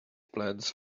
plans